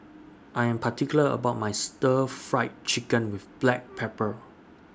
I'm particular about My Stir Fried Chicken with Black Pepper